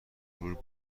غرور